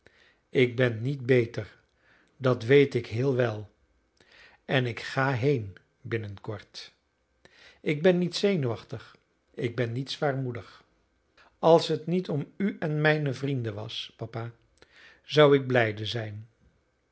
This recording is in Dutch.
ik ben niet beter dat weet ik heel wel en ik ga heen binnenkort ik ben niet zenuwachtig ik ben niet zwaarmoedig als het niet om u en mijne vrienden was papa zou ik blijde zijn